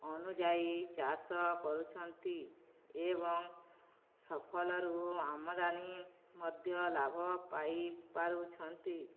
ଅନୁଯାୟୀ ଚାଷ କରୁଛନ୍ତି ଏବଂ ଫସଲରୁ ଆମଦାନୀ ମଧ୍ୟ ଲାଭ ପାଇପାରୁଛନ୍ତି